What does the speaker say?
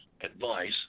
advice